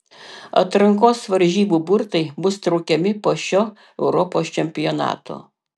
atrankos varžybų burtai bus traukiami po šio europos čempionato